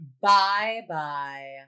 Bye-bye